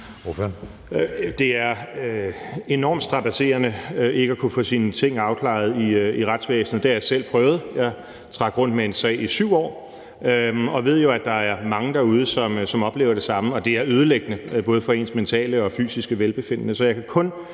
Det er enormt strabadserende ikke at kunne få sine ting afklaret i retsvæsenet. Det har jeg selv prøvet. Jeg trak rundt med en sag i 7 år og ved jo, at der er mange derude, som oplever det samme, og det er ødelæggende, både for ens mentale og fysiske velbefindende.